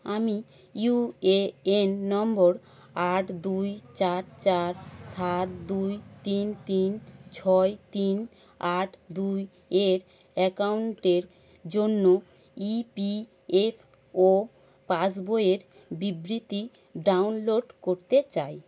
আমি U A N number আট দুই চার চার সাত দুই তিন তিন ছয় তিন আট দুই এর অ্যাকাউন্টের জন্য ই পি এফ ও পাসবইয়ের বিবৃতি ডাউনলোড করতে চাই